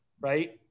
right